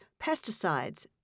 pesticides